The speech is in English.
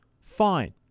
fine